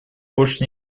больше